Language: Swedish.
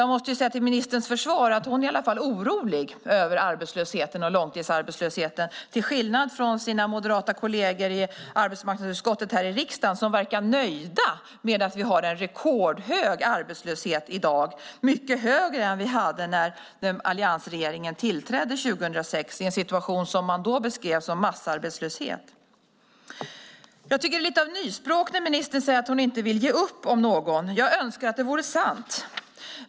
Jag måste säga till ministerns försvar att det är bra att hon i alla fall är orolig över arbetslösheten och långtidsarbetslösheten till skillnad från sina moderata kolleger i arbetsmarknadsutskottet här i riksdagen som verkar nöjda med att vi har en rekordhög arbetslöshet i dag, mycket högre än vad vi hade när alliansregeringen tillträdde 2006 i en situation som man då beskrev som massarbetslöshet. Jag tycker att det är lite av nyspråk när ministern säger att hon inte vill ge upp om någon. Jag önskar att det vore sant.